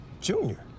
Junior